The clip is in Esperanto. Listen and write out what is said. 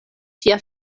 ŝia